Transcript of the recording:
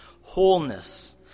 wholeness